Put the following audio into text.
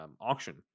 auction